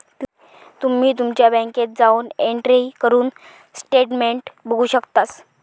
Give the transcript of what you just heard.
तुम्ही तुमच्या बँकेत जाऊन एंट्री करून स्टेटमेंट बघू शकतास